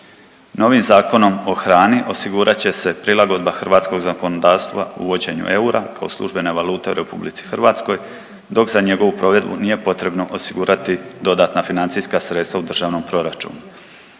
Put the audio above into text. Novim Zakonom o hrani osigurat će se prilagodba hrvatskog zakonodavstva uvođenju eura kao službene valute u RH dok za njegovu provedbu nije potrebno osigurati dodatna financijska sredstva u državnom proračunu.